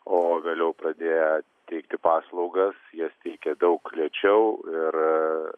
o vėliau pradėję teikti paslaugas jas teikė daug lėčiau ir